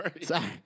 Sorry